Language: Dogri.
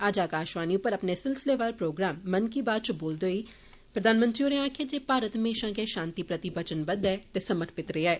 अज्ज आकाशवाणी उप्पर अपने सिलसिलेवार प्रोग्राम मन की बात च बोलदे होई मोदी होरें आक्खेआ जे भारत म्हेशां गै शांति प्रति वचनबद्ध ते समर्पित रेआ ऐ